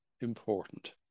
important